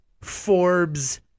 Forbes